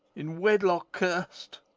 in wedlock cursed,